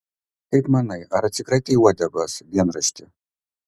kaip manai ar atsikratei uodegos dienrašti